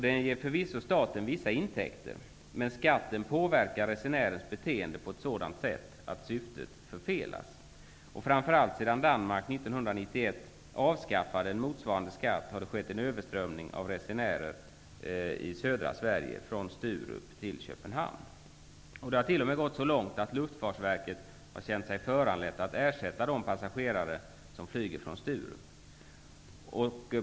Den ger förvisso staten vissa intäkter, men skatten påverkar resenärens beteende på ett sådant sätt att syftet förfelas. Framför allt sedan Danmark 1991 avskaffade en motsvarande skatt har det skett en överströmning av resenärer i södra Sverige från Sturup till Köpenhamn. Det har t.o.m. gått så långt att Luftfartsverket har känt sig föranlett att ersätta de passagerare som flyger från Sturup.